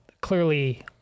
clearly